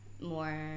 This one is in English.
more